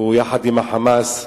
יחד עם ה"חמאס",